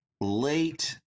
late